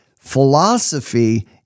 philosophy